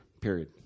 period